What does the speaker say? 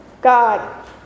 God